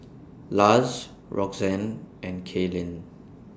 Luz Roxanne and Kaelyn